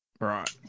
Right